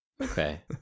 Okay